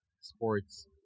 sports